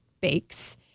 bakes